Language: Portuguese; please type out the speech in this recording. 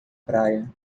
praia